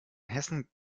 hessen